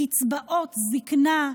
קצבאות זקנה,